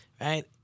Right